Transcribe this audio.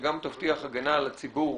שגם תבטיח הגנה על הציבור